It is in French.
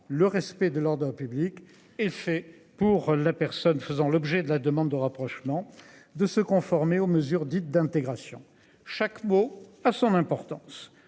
le respect de l'ordre public est fait pour la personne faisant l'objet de la demande de rapprochement de se conformer aux mesures dites d'intégration. Chaque mot a son importance.